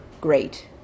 great